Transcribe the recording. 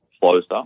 closer